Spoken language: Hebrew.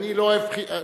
כי אני לא אוהב חוקים,